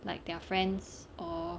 like their friends or